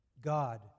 God